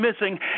missing